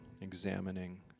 examining